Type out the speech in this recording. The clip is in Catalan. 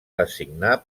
designar